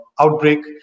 outbreak